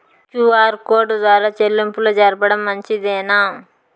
QR code ద్వారా చెల్లింపులు జరపడం మంచిదేనా?